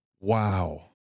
Wow